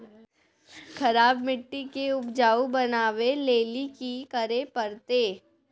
खराब मिट्टी के उपजाऊ बनावे लेली की करे परतै?